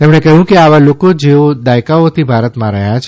તેમણે કહ્યું કે આવા લોકો જેઓ દાયકાઓથી ભારતમાં રહ્યા છે